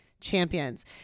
champions